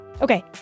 Okay